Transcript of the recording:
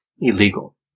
illegal